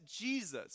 Jesus